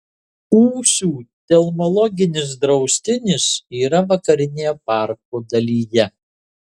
ūsių telmologinis draustinis yra vakarinėje parko dalyje